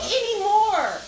anymore